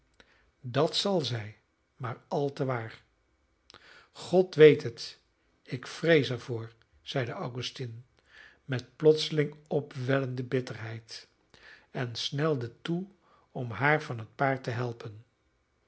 dat zal zij maar al te waar god weet het ik vrees er voor zeide augustine met plotseling opwellende bitterheid en snelde toe om haar van het paard te helpen